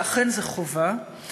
ואכן, זה חובה.